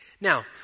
Now